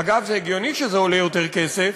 אגב, זה הגיוני שזה עולה יותר כסף,